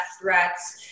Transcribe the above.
threats